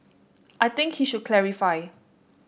I think he should clarify